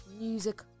music